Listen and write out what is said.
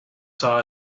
saw